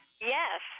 Yes